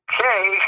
okay